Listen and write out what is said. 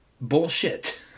bullshit